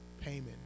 payment